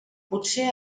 potser